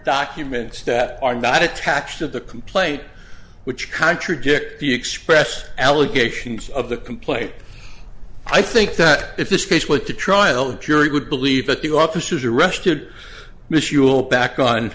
documents that are not attached to the complaint which contradict the express allegations of the complaint i think that if this case went to trial the jury would believe that the officers arrested miss you'll back on